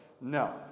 No